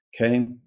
Okay